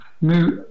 move